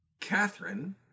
Catherine